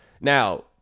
now